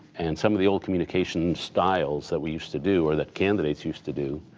and some of the old communication styles that we used to do or that candidates used to do,